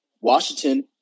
Washington